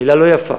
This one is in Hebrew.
מילה לא יפה,